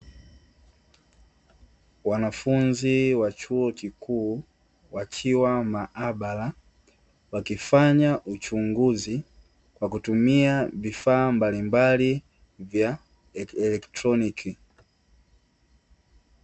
Wanafunzi wa chuuo kikuu wakiwa maabara wakifanya uchunguzi kwa kutumia vifaa mbalimbali vya elekroniki.